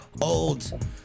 old